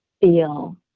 feel